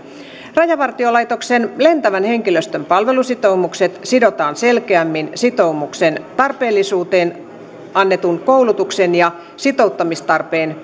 rajavartiolaitoksen lentävän henkilöstön palvelusitoumukset sidotaan selkeämmin sitoumuksen tarpeellisuuteen annetun koulutuksen ja sitouttamistarpeen